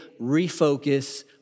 refocus